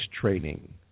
training